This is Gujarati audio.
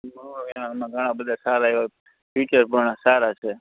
એમ આઈમાં ઘણા એવા બધા સારા પિસ છે જે સારા છે